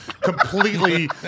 completely